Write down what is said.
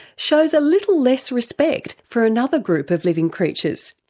shows a little less respect for another group of living creatures.